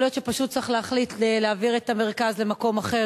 יכול להיות שפשוט צריך להחליט להעביר את המרכז למקום אחר,